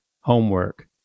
homework